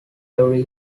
every